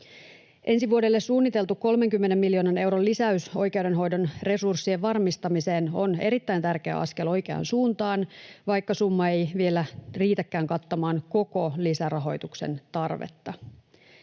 Ensi vuodelle suunniteltu 30 miljoonan euron lisäys oikeudenhoidon resurssien varmistamiseen on erittäin tärkeä askel oikeaan suuntaan, vaikka summa ei vielä riitäkään kattamaan koko lisärahoituksen tarvetta.